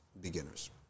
beginners